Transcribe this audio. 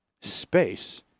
Space